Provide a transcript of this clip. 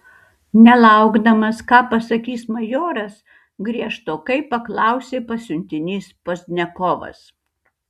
nelaukdamas ką pasakys majoras griežtokai paklausė pasiuntinys pozdniakovas